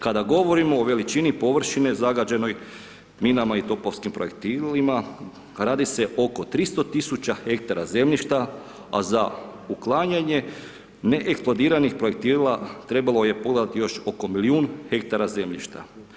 Kada govorimo o veličini površine zagađenoj minama i topovskim projektilima, radi se oko 300 000 ha zemljišta a za uklanjanje neeksplodiranih projektila, trebalo je pogledati još oko milijun ha zemljišta.